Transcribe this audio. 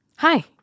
Hi